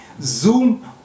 Zoom